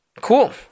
Cool